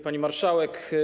Pani Marszałek!